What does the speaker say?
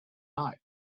night